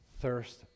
thirst